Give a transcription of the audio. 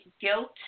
guilt